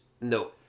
No